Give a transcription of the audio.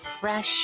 fresh